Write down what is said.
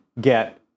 get